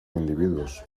individuos